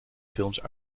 films